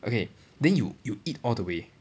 okay then you you eat all the way